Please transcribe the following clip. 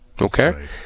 Okay